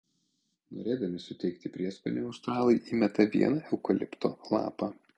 norėdami suteikti prieskonio australai įmeta vieną eukalipto lapą